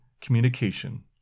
communication